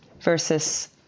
versus